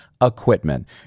equipment